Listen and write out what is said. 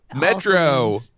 Metro